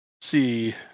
See